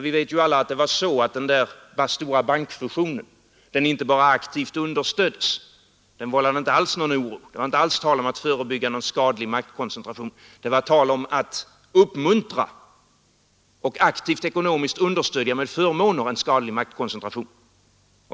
Vi vet alla att den stora bankfusionen inte bara aktivt understöddes, den vållade inte alls någon oro, det var inte alls tal om att förebygga någon skadlig maktkoncentration, utan det var tal om att uppmuntra och aktivt understödja med förmåner en skadlig maktkoncentration.